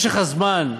משך הזמן הממוצע,